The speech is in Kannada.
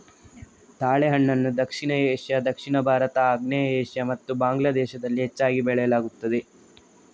ತಾಳೆಹಣ್ಣನ್ನು ದಕ್ಷಿಣ ಏಷ್ಯಾ, ದಕ್ಷಿಣ ಭಾರತ, ಆಗ್ನೇಯ ಏಷ್ಯಾ ಮತ್ತು ಬಾಂಗ್ಲಾ ದೇಶದಲ್ಲಿ ಹೆಚ್ಚಾಗಿ ಬೆಳೆಯಲಾಗುತ್ತದೆ